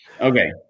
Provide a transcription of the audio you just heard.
Okay